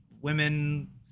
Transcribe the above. women